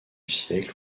siècle